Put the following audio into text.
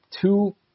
two